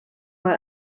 mal